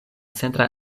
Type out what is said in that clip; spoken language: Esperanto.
centra